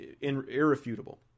irrefutable